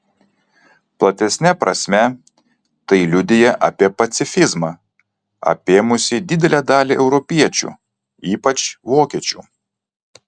platesne prasme tai liudija apie pacifizmą apėmusį didelę dalį europiečių ypač vokiečių